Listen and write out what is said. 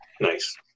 Nice